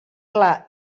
clar